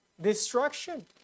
destruction